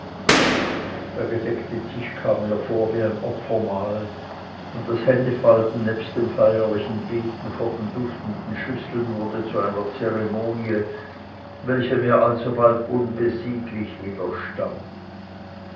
der gedeckte tisch kam mir vor wie ein opfermahl und das händefalten nebst dem feierlichen beten vor den duftenden schüsseln wurde zu einer zeremonie welche mir alsobald